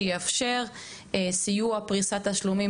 שיאפשר סיום של פריסת תשלומים,